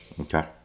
okay